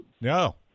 No